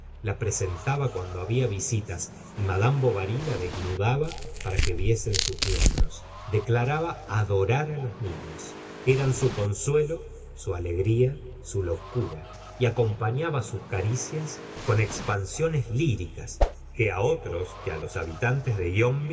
la presentaba cuando habla visitas y mad bovary la desnudaba para que viesen sus miembros declaraba adorar los niños eran su consuelo su alegría su locura y acompañaba sus caricias con expansiones líricas que otros que los habitantes de